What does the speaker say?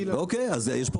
אוקיי אז יש פה בעיה באמת.